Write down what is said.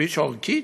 כביש עורקי?